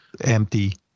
Empty